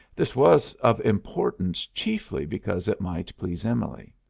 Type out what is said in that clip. this was of importance chiefly because it might please emily.